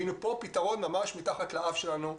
והנה פה פתרון ממש מתחת לאף שלנו.